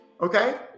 Okay